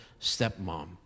stepmom